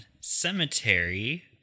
cemetery